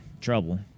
trouble